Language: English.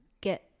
get